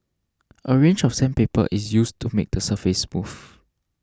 a range of sandpaper is used to make the surface smooth